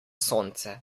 sonce